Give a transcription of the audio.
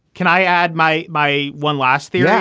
can i add my my one last thing. yeah